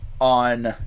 on